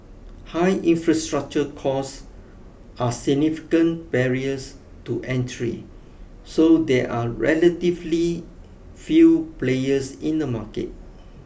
high infrastructure costs are significant barriers to entry so there are relatively few players in the market